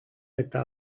eta